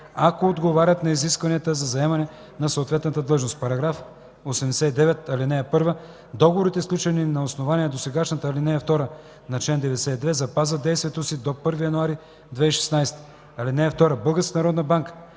ако отговарят на изискванията за заемане на съответната длъжност. § 89. (1) Договорите, сключени на основание досегашната ал. 2 на чл. 92, запазват действието си до 1 януари 2016 г. (2) Българска народна банка